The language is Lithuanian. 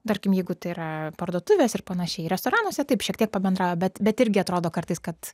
tarkim jeigu tai yra parduotuvės ir panašiai restoranuose taip šiek tiek pabendrauja bet bet irgi atrodo kartais kad